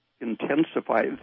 intensify